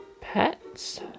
pets